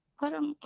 parang